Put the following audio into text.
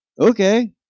okay